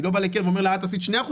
אני לא בא לקרן ואומר: את עשית 2%,